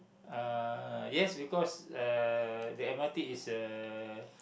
uh yes because uh the m_r_t is uh